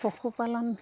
পশুপালন